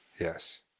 Yes